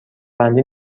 بندی